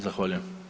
Zahvaljujem.